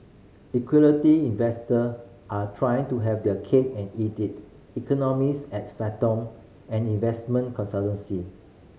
equity investor are trying to have their cake and eat it economist at Fathom an investment consultancy